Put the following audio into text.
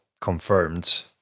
confirmed